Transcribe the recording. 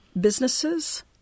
businesses